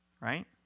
right